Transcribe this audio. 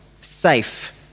safe